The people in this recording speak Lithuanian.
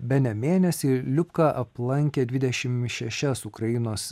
bene mėnesį liubka aplankė dvidešim šešias ukrainos